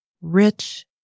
rich